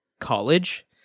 college